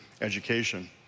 education